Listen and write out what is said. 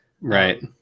right